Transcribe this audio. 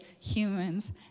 humans